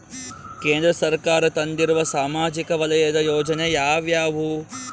ಕೇಂದ್ರ ಸರ್ಕಾರ ತಂದಿರುವ ಸಾಮಾಜಿಕ ವಲಯದ ಯೋಜನೆ ಯಾವ್ಯಾವು?